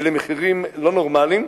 ולמחירים לא נורמליים,